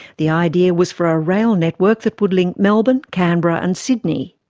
the idea was for a rail network that would link melbourne, canberra and sydney.